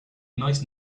nice